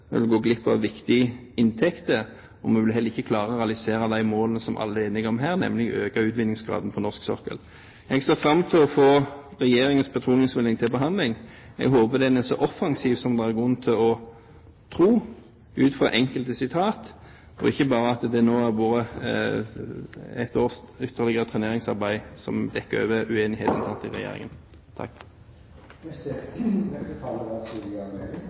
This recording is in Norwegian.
vi vil gå glipp av viktige inntekter, og vi vil heller ikke klare å realisere de målene som alle er enige om her, nemlig å øke utvinningsgraden på norsk sokkel. Jeg ser fram til å få regjeringens petroleumsmelding til behandling. Jeg håper den er så offensiv som det er grunn til å tro ut fra enkelte sitater, og ikke at det bare har vært ytterligere et års treneringsarbeid som dekker over uenigheten i regjeringen. Takk